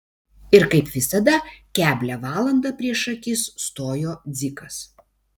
ir kaip visada keblią valandą prieš akis stojo dzikas